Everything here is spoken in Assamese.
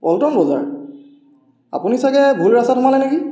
পল্টন বজাৰ আপুনি ছাগৈ ভুল ৰাস্তাত সোমালে নেকি